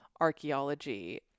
archaeology